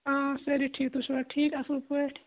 آ سٲری ٹھیٖک تُہۍ چھِوا ٹھیٖک اَصٕل پٲٹھۍ